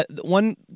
one